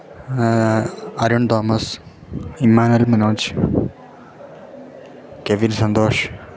Arun Thomas Emmanuel Manoj Kevin Santhosh